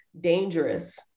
dangerous